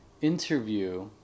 interview